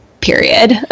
period